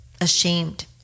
ashamed